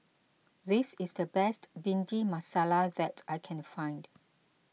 this is the best Bhindi Masala that I can find